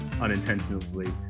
unintentionally